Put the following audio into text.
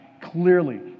clearly